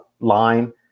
line